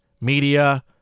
media